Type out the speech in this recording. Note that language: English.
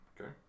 okay